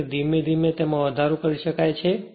તેથી ધીમે ધીમે તેમાં વધારો કરી શકાય છે